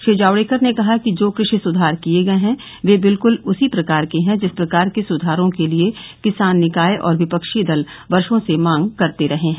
श्री जावड़ेकर ने कहा कि जो कृषि सुधार किये गये हैं वे बिलकुल उसी प्रकार के हैं जिस प्रकार के सुधारों के लिए किसान निकाय और विपक्षी दल वर्षो से मांग करते रहे हैं